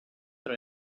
tra